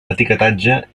etiquetatge